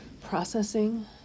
processing